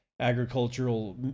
Agricultural